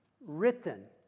written